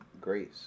grace